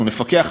אנחנו נפקח,